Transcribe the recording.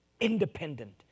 independent